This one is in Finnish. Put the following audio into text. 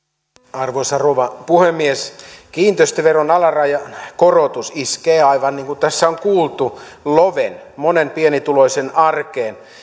arvoisa rouva puhemies kiinteistöveron alarajan korotus iskee aivan niin kuin tässä on kuultu loven monen pienituloisen arkeen